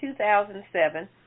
2007